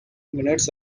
minutes